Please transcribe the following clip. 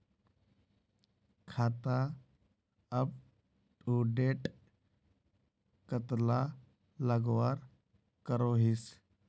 खाता अपटूडेट कतला लगवार करोहीस?